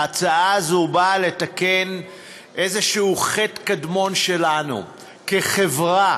ההצעה הזאת באה לתקן איזה חטא קדמון שלנו כחברה.